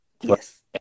Yes